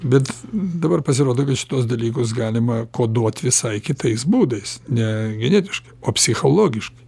bet dabar pasirodo kad šituos dalykus galima koduot visai kitais būdais ne genetiškai o psichologiškai